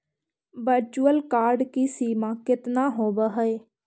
virtual card की सीमा केतना होवअ हई